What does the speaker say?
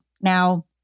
Now